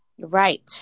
Right